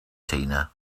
tina